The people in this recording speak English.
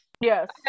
Yes